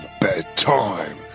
bedtime